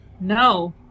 No